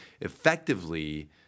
effectively